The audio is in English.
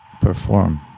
perform